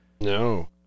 No